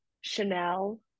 Chanel